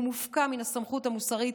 הוא מופקע מן הסמכות המוסרית